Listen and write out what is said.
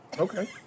Okay